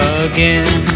again